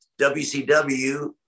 WCW